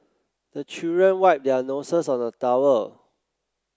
the children wipe their noses on the towel